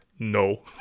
no